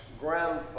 grandfather